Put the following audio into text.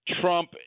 Trump